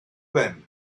then